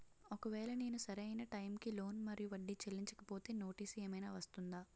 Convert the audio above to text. ఒకవేళ నేను సరి అయినా టైం కి లోన్ మరియు వడ్డీ చెల్లించకపోతే నోటీసు ఏమైనా వస్తుందా?